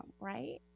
right